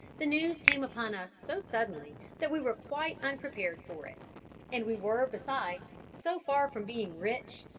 the news came upon us so suddenly, that we were quite unprepared for it and we were, besides, so far from being rich,